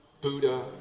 Buddha